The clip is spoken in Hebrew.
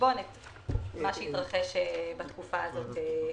בחשבון את מה שהתרחש בתקופה הזאת כאן.